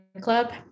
club